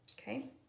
Okay